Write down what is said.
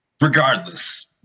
Regardless